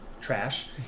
trash